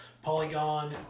Polygon